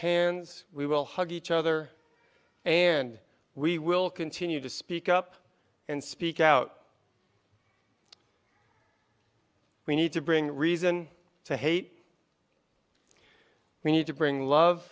hands we will hug each other and we will continue to speak up and speak out we need to bring reason to hate we need to bring love